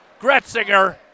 Gretzinger